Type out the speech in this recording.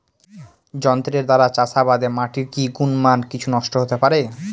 যন্ত্রের দ্বারা চাষাবাদে মাটির কি গুণমান কিছু নষ্ট হতে পারে?